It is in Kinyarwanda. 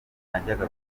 najyaga